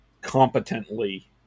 competently